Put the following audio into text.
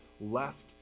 left